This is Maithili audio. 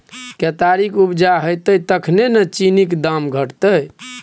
केतारीक उपजा हेतै तखने न चीनीक दाम घटतै